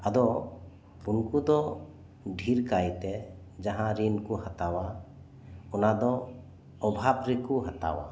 ᱟᱫᱚ ᱩᱝᱠᱩ ᱫᱚ ᱰᱷᱤᱨ ᱠᱟᱭᱛᱮ ᱡᱟᱦᱟᱸ ᱨᱤᱱ ᱠᱚ ᱦᱟᱛᱟᱣᱟ ᱚᱱᱟ ᱫᱚ ᱚᱵᱷᱟᱵᱽ ᱨᱮᱠᱚ ᱦᱟᱛᱟᱣᱟ